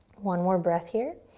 one more breath here,